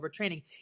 overtraining